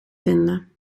vinden